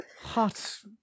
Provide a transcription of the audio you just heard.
hot